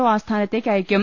O ആസ്ഥാനത്തേക്ക് അയക്കും